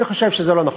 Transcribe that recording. אני חושב שזה לא נכון.